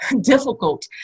difficult